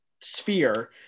sphere